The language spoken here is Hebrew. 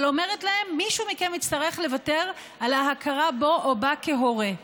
אבל אומרים להם: מישהו מכם יצטרך לוותר על ההכרה בו או בה כהורה.